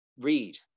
Read